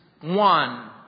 one